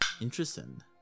Interesting